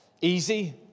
Easy